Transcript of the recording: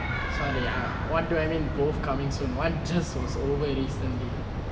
sorry what do I mean both coming soon one just was over recently